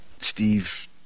Steve